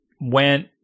went